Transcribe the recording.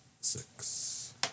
six